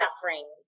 suffering